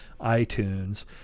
iTunes